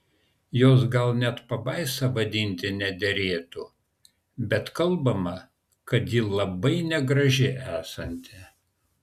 jos gal net pabaisa vadinti nederėtų bet kalbama kad ji labai negraži esanti